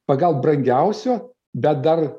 pagal brangiausio bet dar